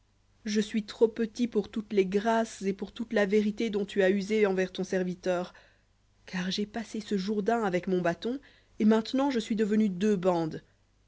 je suis trop petit pour toutes les grâces et pour toute la vérité dont tu as usé envers ton serviteur car j'ai passé ce jourdain avec mon bâton et maintenant je suis devenu deux bandes